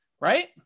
right